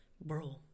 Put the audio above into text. bro